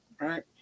right